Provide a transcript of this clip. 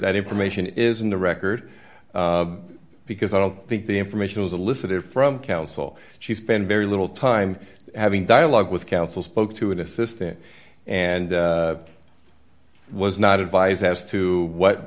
that information is in the record because i don't think the information was alyssa to from council she spent very little time having dialogue with council spoke to an assistant and was not advised as to what